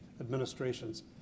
administrations